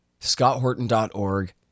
scotthorton.org